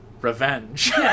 revenge